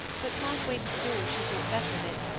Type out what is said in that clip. but half-way to the door she thought better of it,